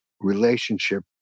relationship